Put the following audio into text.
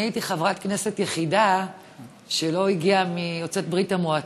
אני הייתי חברת הכנסת היחידה שלא הגיעה מיוצאי ברית המועצות.